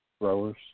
growers